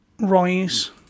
Rise